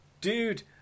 Dude